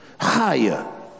higher